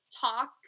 talk